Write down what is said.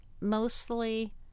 mostly